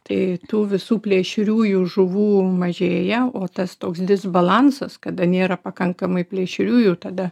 tai tų visų plėšriųjų žuvų mažėja o tas toks disbalansas kada nėra pakankamai plėšriųjų tada